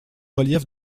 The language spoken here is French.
reliefs